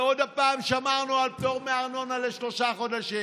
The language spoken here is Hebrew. ועוד פעם שמענו על פטור מארנונה לשלושה חודשים.